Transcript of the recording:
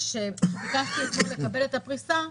ביקשתי אתמול לקבל את הפריסה,